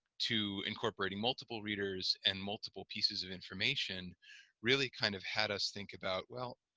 to incorporating multiple readers and multiple pieces of information really kind of had us think about well,